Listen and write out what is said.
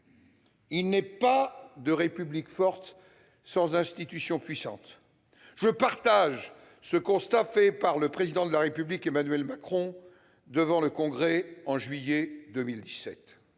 Il n'est pas de République forte sans institutions puissantes »: je partage ce constat fait par le Président de la République, Emmanuel Macron, devant le Congrès, en juillet 2017.